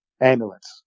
ambulance